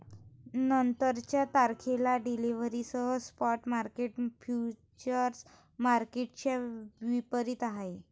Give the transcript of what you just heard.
नंतरच्या तारखेला डिलिव्हरीसह स्पॉट मार्केट फ्युचर्स मार्केटच्या विपरीत आहे